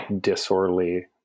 disorderly